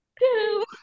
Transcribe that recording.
two